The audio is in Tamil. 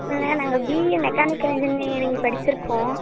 இல்லை நாங்கள் பிஇ மெக்கானிக்கல் இன்ஜினியரிங் படிச்சி இருக்கோம்